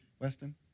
Weston